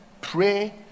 pray